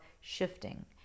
shifting